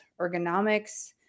ergonomics